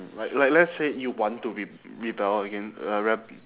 like like let's say you want to re~ rebel again uh reb~